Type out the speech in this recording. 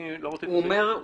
עכשיו, אני --- הוא אומר: